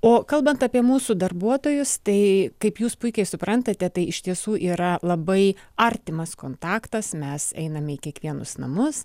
o kalbant apie mūsų darbuotojus tai kaip jūs puikiai suprantate tai iš tiesų yra labai artimas kontaktas mes einame į kiekvienus namus